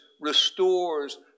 restores